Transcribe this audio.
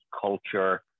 culture